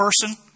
person